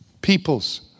peoples